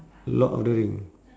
lord of the ring